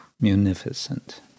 munificent